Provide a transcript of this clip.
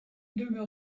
demeure